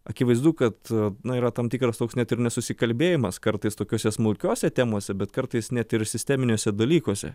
akivaizdu kad na yra tam tikras toks net ir nesusikalbėjimas kartais tokiose smulkiose temose bet kartais net ir sisteminiuose dalykuose